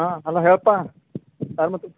ಹಾಂ ಹಲೋ ಹೇಳ್ಪಾ ಯಾರು ಮಾತಡುದು